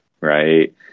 right